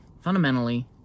fundamentally